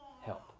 help